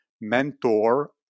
mentor